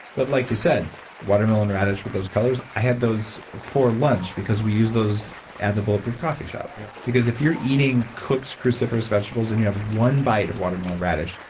but like you said watermelon radish with those colors, i had those for lunch because we use those at the bulletproof coffee shop yeah because if you're eating cooked cruciferous vegetables, and you have one bite of watermelon radish,